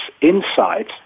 insight